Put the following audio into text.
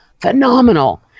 phenomenal